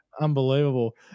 unbelievable